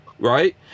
Right